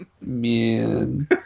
man